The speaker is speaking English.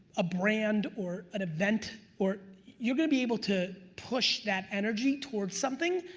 a brand or an event, or you're gonna be able to push that energy towards something,